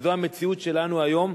וזו המציאות שלנו היום,